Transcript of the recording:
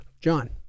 John